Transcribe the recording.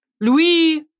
Louis